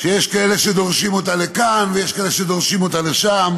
שיש כאלה שדורשים אותה לכאן ויש כאלה שדורשים אותה לשם.